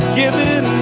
given